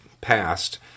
passed